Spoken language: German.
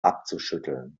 abzuschütteln